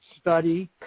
study